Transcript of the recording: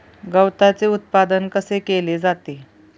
गवताचे उत्पादन कसे केले जाते?